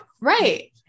right